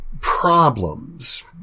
Problems